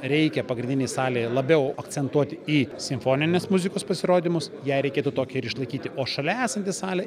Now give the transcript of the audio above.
reikia pagrindinėj salėj labiau akcentuoti į simfoninės muzikos pasirodymus ją ir reikėtų tokią ir išlaikyti o šalia esanti salė